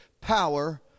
power